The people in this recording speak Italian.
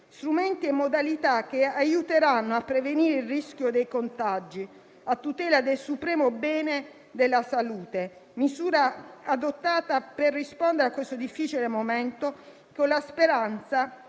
strumenti e modalità che aiuteranno a prevenire il rischio dei contagi, a tutela del supremo bene della salute. Tale misura è stata adottata per rispondere a questo difficile momento, con la speranza